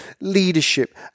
leadership